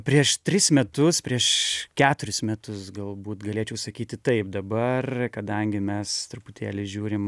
prieš tris metus prieš keturis metus galbūt galėčiau sakyti taip dabar kadangi mes truputėlį žiūrim